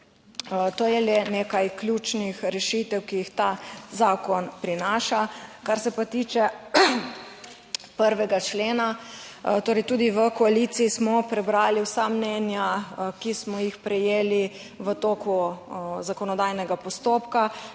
To je le nekaj ključnih rešitev, ki jih ta zakon prinaša. Kar se pa tiče 1. člena, torej tudi v koaliciji smo prebrali vsa mnenja, ki smo jih prejeli v teku zakonodajnega postopka,